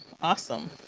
awesome